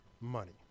money